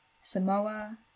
Samoa